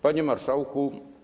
Panie Marszałku!